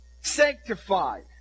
sanctified